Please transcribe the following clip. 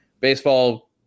baseball